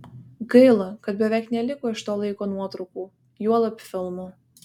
gaila kad beveik neliko iš to laiko nuotraukų juolab filmų